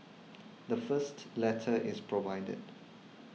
the first letter is provided